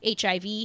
HIV